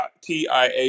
tia